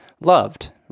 loved